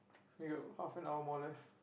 we got half and hour more left